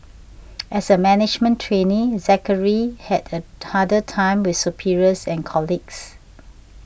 as a management trainee Zachary had a harder time with superiors and colleagues